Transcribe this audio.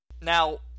Now